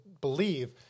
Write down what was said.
believe